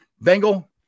Bengal